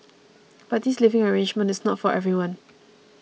but this living arrangement is not for everyone